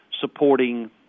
supporting